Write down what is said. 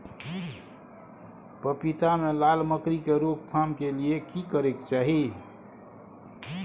पपीता मे लाल मकरी के रोक थाम के लिये की करै के चाही?